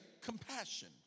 compassion